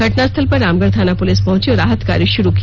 घटनास्थल पर रामगढ़ थाना पुलिस पहुंची और राहत कार्य शुरू किया